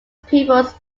pupils